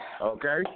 Okay